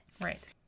Right